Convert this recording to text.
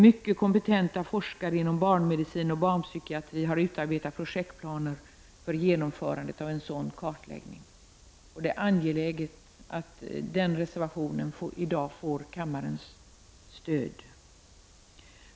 Mycket kompetenta forskare inom barnmedicin och barnpsykiatri har utarbetat projektplaner för genomförandet av en sådan kartläggning. Det är angeläget att reservationen om detta i dag får kammarens stöd.